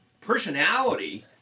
personality-